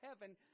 heaven